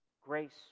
Grace